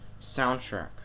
soundtrack